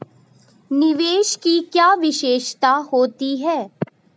निवेश की क्या विशेषता होती है?